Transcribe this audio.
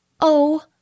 Oh